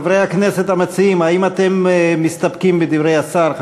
חברי הכנסת המציעים, האם אתם מסתפקים בדברי השר?